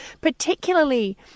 particularly